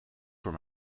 voor